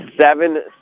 seven